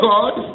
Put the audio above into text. God